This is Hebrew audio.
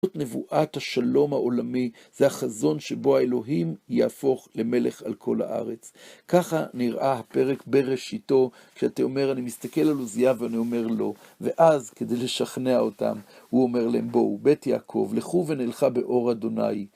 זאת נבואת השלום העולמי, זה החזון שבו האלוהים יהפוך למלך על כל הארץ. ככה נראה הפרק בראשיתו, כשאתה אומר, אני מסתכל על עוזייה ואני אומר לו, ואז כדי לשכנע אותם, הוא אומר להם, בואו, בית יעקב, לכו ונלך באור אדוני.